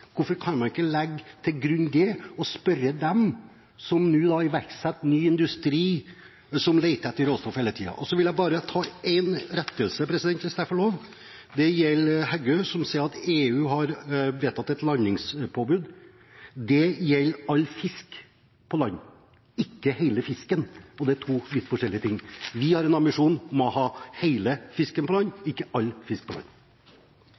Hvorfor kan man ikke legge det til grunn og spørre dem som nå iverksetter ny industri, og som leter etter råstoff hele tiden? Så vil jeg bare ta en rettelse, president, hvis jeg får lov. Det gjelder Heggø, som sier at EU har vedtatt et landingspåbud. Det gjelder all fisk på land, ikke hele fisken. Det er to vidt forskjellige ting. Vi har en ambisjon om å ha hele fisken på land,